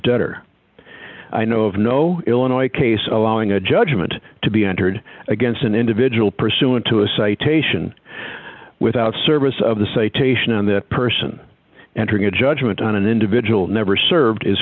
debtor i know of no illinois case allowing a judgment to be entered against an individual pursuant to a citation without service of the citation and that person entering a judgment on an individual never served is